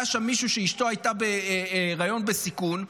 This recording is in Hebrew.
היה שם מישהו שאשתו הייתה בהיריון בסיכון.